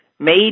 Made